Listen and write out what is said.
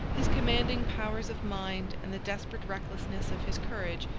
his commanding powers of mind, and the desperate recklessness of his courage,